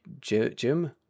jim